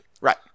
Right